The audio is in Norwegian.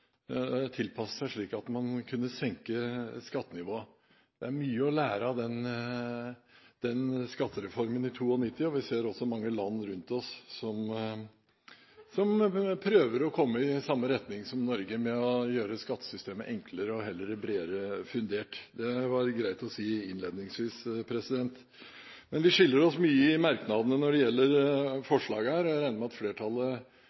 seg, slik at man kunne senke skattenivået. Det er mye å lære av den skattereformen i 1992, og vi ser også at mange land rundt oss prøver å komme i samme retning som Norge med å gjøre skattesystemet enklere og heller bredere fundert. Det var greit å si dette innledningsvis. Men når det gjelder forslaget her, skiller vi oss mye i merknadene. Jeg regner med at flertallet